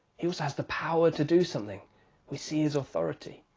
he also has the power to do something we see his authority.